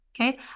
Okay